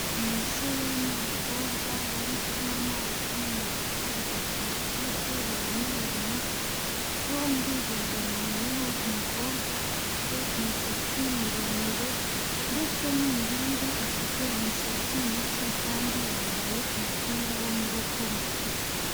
Umusore n'umukobwa bari kunywa amazi mu icupa rya parasitike ribonerana, bombi begamanyeho, umukobwa afite imisatsi miremire ndetse n'umuhungu afite umusatsi muke kandi yambaye umupira w'amaboko magufi.